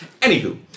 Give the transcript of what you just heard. Anywho